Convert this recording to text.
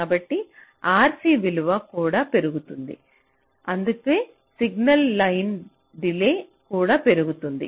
కాబట్టి RC విలువ కూడా పెరుగుతుంది అందుకే సిగ్నల్ లైన్ డిలే కూడా పెరుగుతుంది